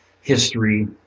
history